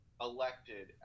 elected